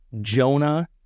Jonah